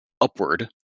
upward